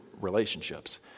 relationships